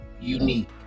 unique